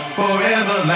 forever